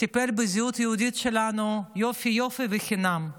טיפל בזהות היהודית שלנו יופי-יופי בחינם.